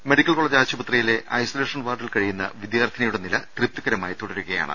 medical college ആശുപത്രിയിലെ isolation വാർഡിൽ കഴിയുന്ന വിദ്യാർത്ഥിനിയുടെ നില തൃപ്തി കരമായി തുടരുകയാണ്